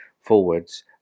forwards